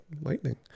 lightning